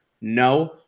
No